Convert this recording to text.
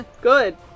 Good